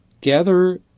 Gather